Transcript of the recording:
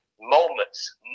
moments